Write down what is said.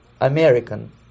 American